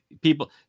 people